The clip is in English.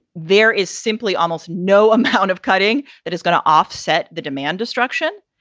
there is simply almost no amount of cutting that is going to offset the demand destruction.